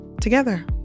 together